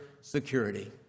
security